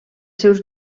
seus